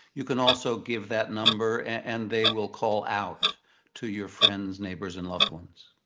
you can also give that number and they will call out to your friends, neighbors and loved ones.